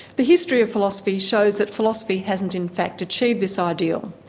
the history of philosophy shows that philosophy hasn't in fact achieved this ideal.